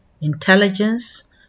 intelligence